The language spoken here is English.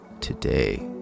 today